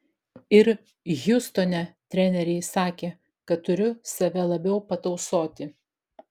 ir hjustone treneriai sakė kad turiu save labiau patausoti